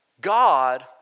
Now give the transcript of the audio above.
God